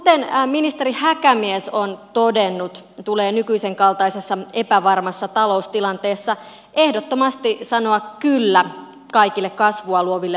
kuten ministeri häkämies on todennut tulee nykyisen kaltaisessa epävarmassa taloustilanteessa ehdottomasti sanoa kyllä kaikille kasvua luoville toimenpiteille